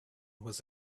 was